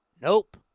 Nope